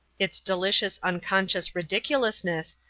its delicious unconscious ridiculousness,